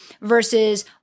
versus